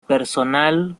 personal